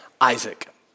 Isaac